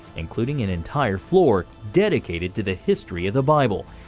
including an entire floor dedicated to the history of the bible,